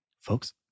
Folks